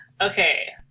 okay